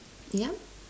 yeah